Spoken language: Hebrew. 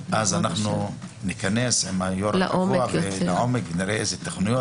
אז אנחנו ניכנס עם היו"ר לעומק ונראה איזה תכניות